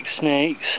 snakes